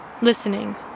listening